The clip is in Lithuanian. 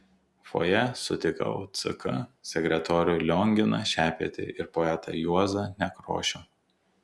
fojė sutikau ck sekretorių lionginą šepetį ir poetą juozą nekrošių